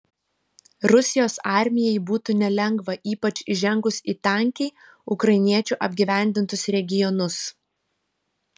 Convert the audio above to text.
rusijos armijai būtų nelengva ypač įžengus į tankiai ukrainiečių apgyvendintus regionus